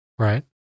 right